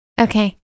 Okay